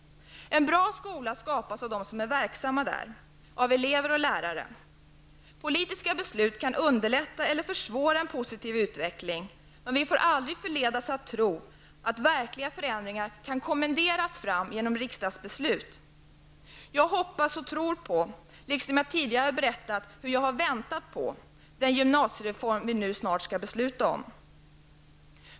En bra skola skapas av dem som är verksamma där, av elever och lärare. Politiska beslut kan underlätta eller försvåra en positiv utveckling, men vi får aldrig förledas att tro att verkliga förändringar kan kommenderas fram genom riksdagsbeslut. Jag hoppas och tror på, liksom jag tidigare har berättat hur jag väntat på, den gymnasiereform vi nu skall besluta om.